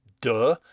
duh